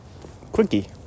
quickie